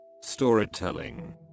storytelling